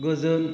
गोजोन